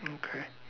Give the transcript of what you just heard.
okay